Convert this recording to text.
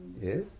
Yes